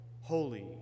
holy